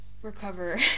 recover